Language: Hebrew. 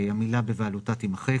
ההסתייגות לא התקבלה.